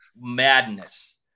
madness